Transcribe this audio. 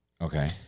Okay